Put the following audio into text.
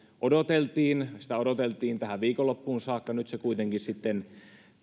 odoteltiin sitä odoteltiin tähän viikonloppuun saakka nyt se kuitenkin sitten